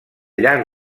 llarg